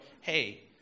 hey